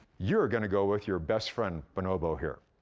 you're gonna go with your best friend bonobo here,